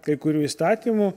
kai kurių įstatymų